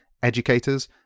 educators